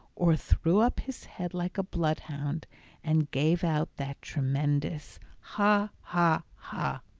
or threw up his head like a bloodhound and gave out that tremendous ha, ha, ha!